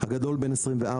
הגדול בן 24,